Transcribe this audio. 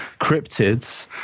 cryptids